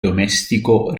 domestico